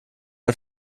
ein